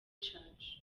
church